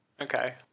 Okay